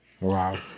wow